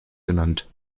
genannt